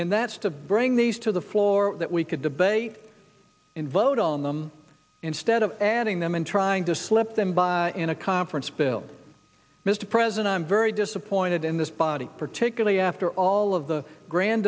and that's to bring these to the floor that we could debate and vote on them instead of adding them and trying to slip them by in a conference bill mr president i'm very disappointed in this body particularly after all of the grand